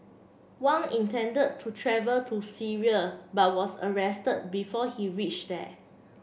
Wang intended to travel to Syria but was arrested before he reached there